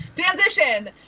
transition